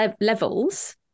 levels